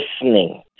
listening